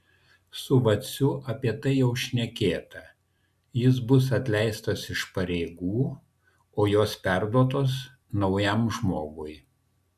su vaciu apie tai jau šnekėta jis bus atleistas iš pareigų o jos perduotos naujam žmogui